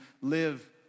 live